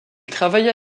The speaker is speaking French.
travailla